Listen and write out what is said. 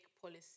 policy